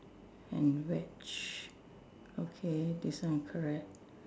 and retch okay this one correct